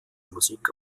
musik